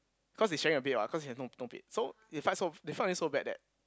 cause he's sharing a bed what cause he has no no bed so it fight so they fight until so bad that